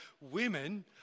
women